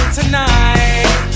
tonight